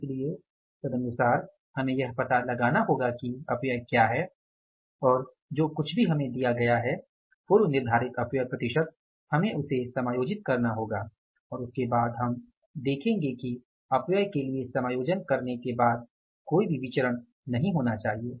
इसलिए तदनुसार हमें यह पता लगाना होगा कि अपव्यय क्या है और जो कुछ भी हमें दिया गया है पूर्वनिर्धारित अपव्यय प्रतिशत हमें उसे समायोजित करना होगा और उसके बाद हम देखेंगे कि अपव्यय के लिए समायोजन करने के बाद कोई भी विचरण नहीं होना चाहिए